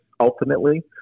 Ultimately